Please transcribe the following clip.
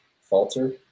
falter